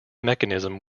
mechanism